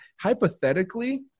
Hypothetically